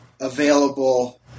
available